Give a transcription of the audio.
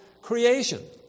creation